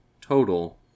Total